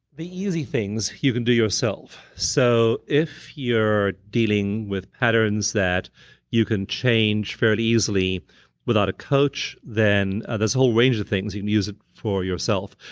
the easy things, you can do yourself. so if you're dealing with patterns that you can change fairly easily without a coach, then. there's a whole range of things you can use it for yourself.